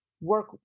work